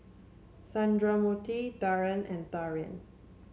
Sundramoorthy Dhyan and Dhyan